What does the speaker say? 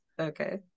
Okay